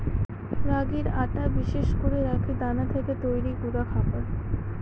রাগির আটা বিশেষ করে রাগির দানা থেকে তৈরি গুঁডা খাবার